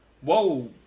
Whoa